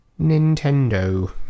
Nintendo